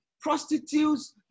prostitutes